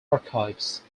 archives